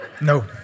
No